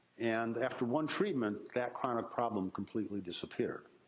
and after one treatment, that chronic problem completely disappeared.